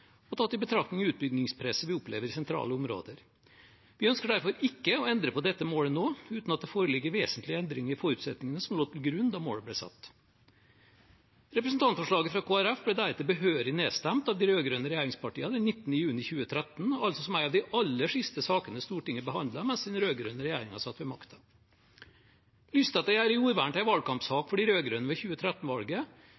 og tatt i betraktning utbyggingspresset vi opplever i sentrale områder. Vi ønsker derfor ikke å endre på dette målet nå, uten at det foreligger vesentlige endringer i forutsetningene som lå til grunn da målet ble satt.» Representantforslaget fra Kristelig Folkeparti ble deretter behørig nedstemt av de rød-grønne regjeringspartiene den 19. juni 2013, altså som en av de aller siste sakene Stortinget behandlet mens den rød-grønne regjeringen satt ved makten. Lysten til å gjøre jordvern til